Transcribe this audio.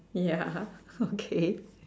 ya okay